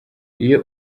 iyo